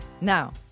Now